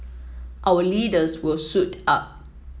our leaders will suit up